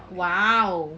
!wow!